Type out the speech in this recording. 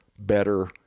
better